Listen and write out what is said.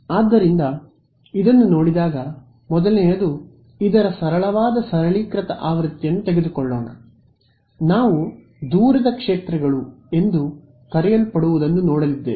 ಆದ್ದರಿಂದ ಇದನ್ನು ನೋಡಿದಾಗ ಮೊದಲನೆಯದು ಇದರ ಸರಳವಾದ ಸರಳೀಕೃತ ಆವೃತ್ತಿಯನ್ನು ತೆಗೆದುಕೊಳ್ಳೋಣ ನಾವು ದೂರದ ಕ್ಷೇತ್ರಗಳು ಎಂದು ಕರೆಯಲ್ಪಡುವದನ್ನು ನೋಡಲಿದ್ದೇವೆ